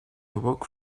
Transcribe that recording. awoke